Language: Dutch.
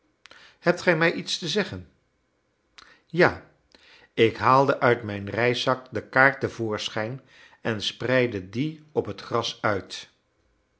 hebt gij mij iets te zeggen ja ik haalde uit mijn reiszak de kaart te voorschijn en spreidde die op het gras uit